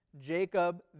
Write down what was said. Jacob